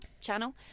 channel